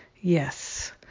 Yes